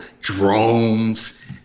Drones